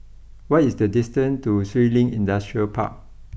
what is the distance to Shun Li Industrial Park